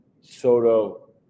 Soto